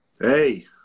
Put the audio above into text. hey